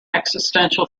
existential